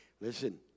Listen